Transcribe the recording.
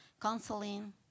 counseling